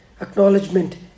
acknowledgement